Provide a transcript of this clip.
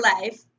life